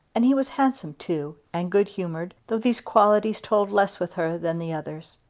and he was handsome too, and good-humoured, though these qualities told less with her than the others.